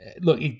look